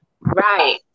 right